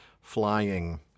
Flying